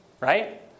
right